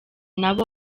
nabo